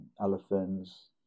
elephants